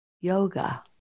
yoga